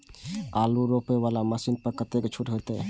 आलू रोपे वाला मशीन पर कतेक छूट होते?